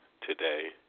today